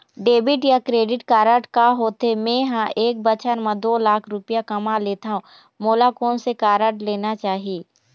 Debit या credit card का होथे, मे ह एक बछर म दो लाख रुपया कमा लेथव मोला कोन से कारड लेना चाही?